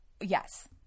Yes